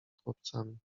chłopcami